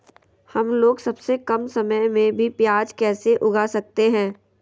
हमलोग सबसे कम समय में भी प्याज कैसे उगा सकते हैं?